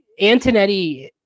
Antonetti